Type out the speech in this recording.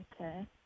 Okay